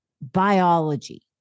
biology